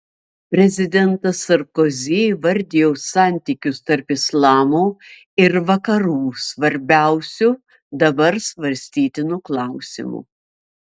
prezidentas sarkozi įvardijo santykius tarp islamo ir vakarų svarbiausiu dabar svarstytinu klausimu